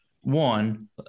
One